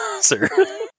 sir